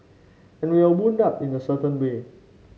and we are wound up in a certain way